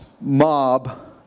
mob